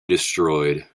destroyed